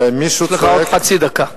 ומי שצועק, יש לך עוד חצי דקה,